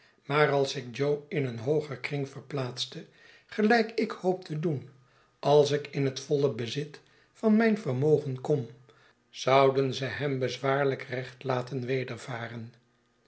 maar als ik jo in een hooger kring verplaatste gelijk ik hoop te doen als ik in het voile bezit van mijn vermogen kom zouden ze hem bezwaarlijk recht laten wedervaren